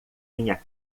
minha